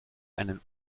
einen